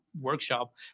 workshop